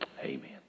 amen